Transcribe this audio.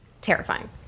terrifying